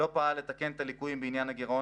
לא פעל לתקן את הליקויים בעניין הגירעון